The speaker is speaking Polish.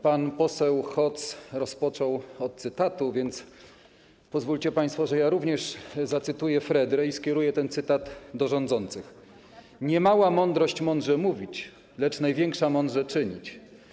Pan poseł Hoc rozpoczął od cytatu, więc pozwólcie państwo, że ja również zacytuję Fredrę, skieruję ten cytat do rządzących: „Niemała mądrość mądrze mówić, lecz największa - mądrze czynić”